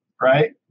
right